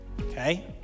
okay